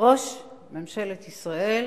ראש ממשלת ישראל